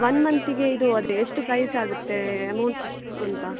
one ಮಂತಿಗೆ ಇದು ಅದೇ ಎಷ್ಟು ಪ್ರೈಸ್ ಆಗುತ್ತೆ ಅಮೌಂಟ್ ಎಷ್ಟು ಅಂತ